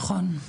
נכון.